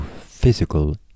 physical